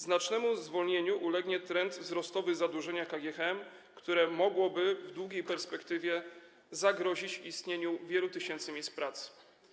Znacznemu zwolnieniu ulegnie trend wzrostowy zadłużenia KGHM, które mogłoby w długiej perspektywie zagrozić istnieniu wielu tysięcy miejsc pracy.